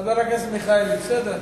חבר הכנסת מיכאלי, בסדר.